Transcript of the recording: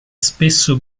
spesso